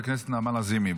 חברת הכנסת נעמה לזימי,